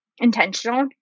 intentional